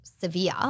severe